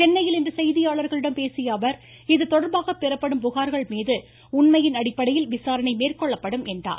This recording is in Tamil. சென்னையில் இன்று செய்தியாளர்களிடம் பேசிய அவர் இதுதொடர்பாக பெறப்படும் புகார்கள் மீது உண்மையின் அடிப்படையில் விசாரணை மேற்கொள்ளப்படும் என்றார்